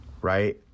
right